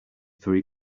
three